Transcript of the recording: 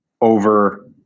over